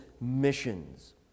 missions